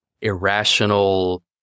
irrational